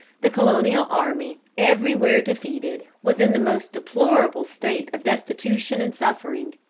the colonial army, everywhere defeated, was in the most deplorable state of destitution and suffering.